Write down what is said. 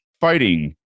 fighting